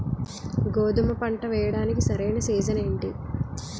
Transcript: గోధుమపంట వేయడానికి సరైన సీజన్ ఏంటి?